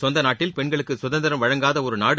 சொந்த நாட்டில் பெண்களுக்கு சுதந்திரம் வழங்காத ஒரு நாடு